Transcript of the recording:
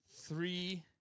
three